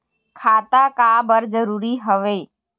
खाता का बर जरूरी हवे?